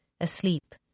asleep